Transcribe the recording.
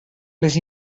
les